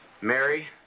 Mary